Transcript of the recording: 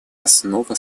основа